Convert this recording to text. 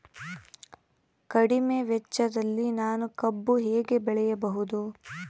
ಕಡಿಮೆ ವೆಚ್ಚದಲ್ಲಿ ನಾನು ಕಬ್ಬು ಹೇಗೆ ಬೆಳೆಯಬಹುದು?